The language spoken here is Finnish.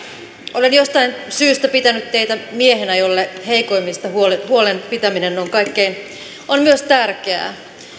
olen jostain syystä pitänyt teitä miehenä jolle heikoimmista huolen pitäminen on myös tärkeää